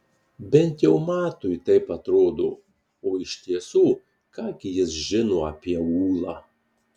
bent jau matui taip atrodo o iš tiesų ką gi jis žino apie ūlą